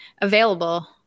available